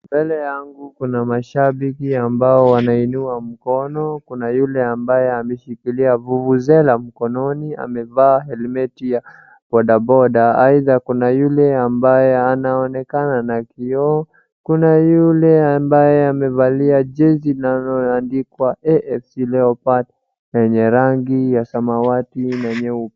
Mbele yangu kuna mashabiki ambao wanainua mkono, kuna yule ambaye ameshikilia vuvuzela mkononi amevaa helmeti ya bodaboda aidha kuna yule ambaye anaonekana na kioo ,kuna yule ambaye amevalia jezi lililo andikwa AFC Leorpards lenye rangi ya samawati na nyeupe.